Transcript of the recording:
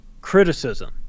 criticism